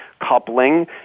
coupling